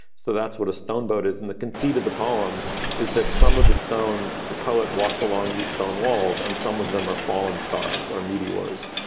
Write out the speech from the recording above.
so that's what a stone boat is in the conceded. the poem is that some of the stones the poet walks along these stone walls and some of them are fallen stars or meteors